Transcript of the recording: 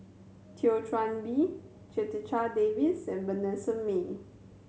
Thio Bee Davies and Vanessa Mae